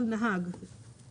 לוחות זמנים של ועדה מייעצת,